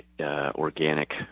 organic